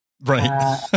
Right